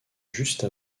juste